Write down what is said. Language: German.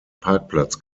parkplatz